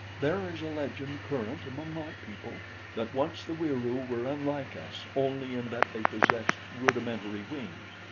there is a legend current among my people that once the wieroo were unlike us only in that they possessed rudimentary wings.